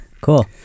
Cool